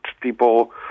people